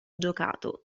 giocato